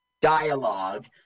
dialogue